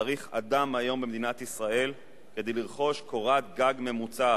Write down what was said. צריך אדם במדינת ישראל כדי לרכוש קורת גג ממוצעת,